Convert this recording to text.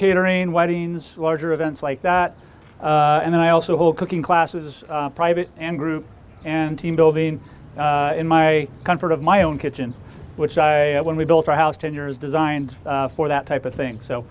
catering weddings larger events like that and i also hold cooking classes private and group and team building in my comfort of my own kitchen which i when we built our house ten years designed for that type of thing so